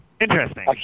Interesting